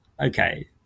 Okay